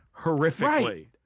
horrifically